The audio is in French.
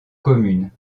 commune